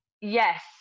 Yes